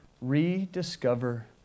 Rediscover